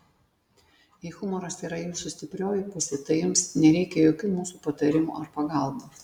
jei humoras yra jūsų stiprioji pusė tai jums nereikia jokių mūsų patarimų ar pagalbos